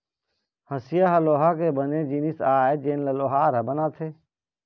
हँसिया ह लोहा के बने जिनिस आय जेन ल लोहार ह बनाथे